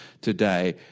today